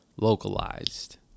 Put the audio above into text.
localized